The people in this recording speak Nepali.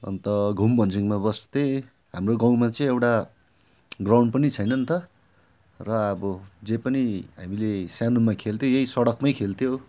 अन्त घुम भन्ज्याङमा बस्थेँ हाम्रो गाउँमा चाहिँ एउटा ग्राउन्ड पनि छैनन् त र अब जे पनि हामीले सानोमा खेल्थ्यौँ यहीँ सडकमै खेल्थ्यो